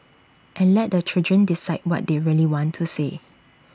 and let the children decide what they really want to say